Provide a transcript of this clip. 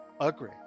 Agree